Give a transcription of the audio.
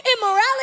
immorality